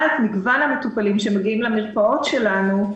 את מגוון המטופלים שמגיעים למרפאות שלנו,